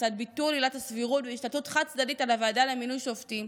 לצד ביטול עילת הסבירות והשתלטות חד-צדדית על הוועדה למינוי שופטים,